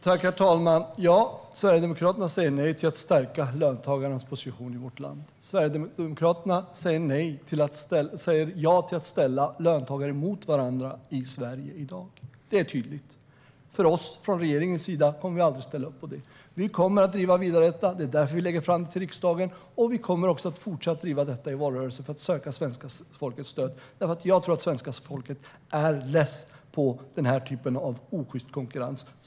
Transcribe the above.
Herr talman! Sverigedemokraterna säger nej till att stärka löntagarnas position i vårt land. Sverigedemokraterna säger ja till att ställa löntagare mot varandra i Sverige i dag. Det är tydligt. Regeringen kommer aldrig att ställa upp på det. Vi kommer att driva detta vidare. Det är därför vi lägger fram förslaget för riksdagen. Vi kommer också att fortsätta driva detta i valrörelsen, för att söka svenska folkets stöd. Jag tror nämligen att svenska folket är less på den här sortens osjyst konkurrens.